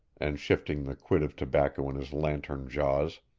and shifting the quid of tobacco in his lantern jaws.